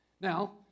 Now